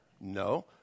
no